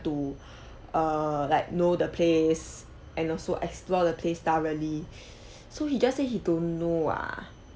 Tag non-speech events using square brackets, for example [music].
to [breath] err like know the place and also explore the place thoroughly so he just say he don't know ah